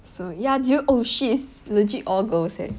so ya do you oh shit is legit all girls eh